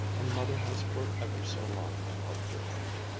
and mother has for ever so long helped her out.